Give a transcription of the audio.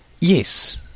Yes